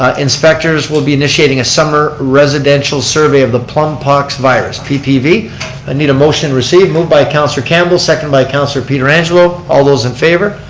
ah inspectors will be initiating a summer residential survey of the plum pox virus, ppv. i need a motion received. moved by councilor campbell, seconded by councilor pietrangelo. all those in favor?